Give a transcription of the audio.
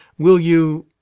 will you?